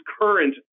current